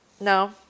No